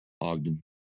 Ogden